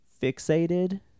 fixated